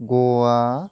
गवा